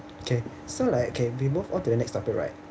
okay so like okay we move on to the next topic right